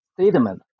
statement